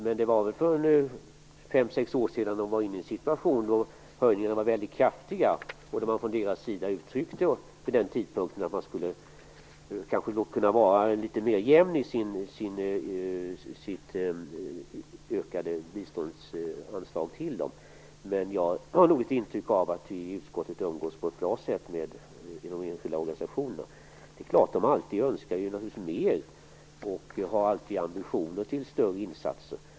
För fem, sex år sedan var situationen den att höjningarna var väldigt kraftiga. Då uttryckte man från deras sida vi den tidpunkten att man kunde vara litet mer jämn i sitt ökade biståndsanslag till dem. Jag har nog intrycket av att vi i utskottet umgås med de enskilda organisationerna på ett bra sätt. Det är klart att de alltid önskar att få mer och har ambitioner till större insatser.